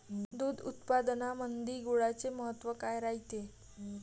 दूध उत्पादनामंदी गुळाचे महत्व काय रायते?